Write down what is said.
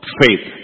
faith